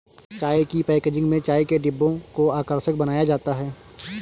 चाय की पैकेजिंग में चाय के डिब्बों को आकर्षक बनाया जाता है